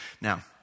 Now